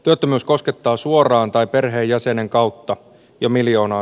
työttömyys koskettaa suoraan tai perheenjäsenen kautta jo miljoona